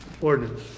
ordinance